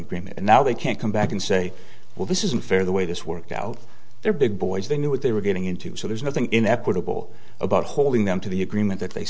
room and now they can't come back and say well this is unfair the way this worked out their big boys they knew what they were getting into so there's nothing in equitable about holding them to the agreement that they